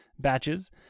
batches